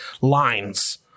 lines